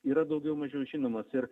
yra daugiau mažiau žinomos ir